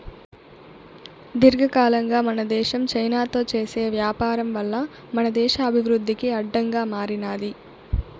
దీర్ఘకాలంగా మన దేశం చైనాతో చేసే వ్యాపారం వల్ల మన దేశ అభివృద్ధికి అడ్డంగా మారినాది